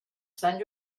sant